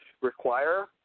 require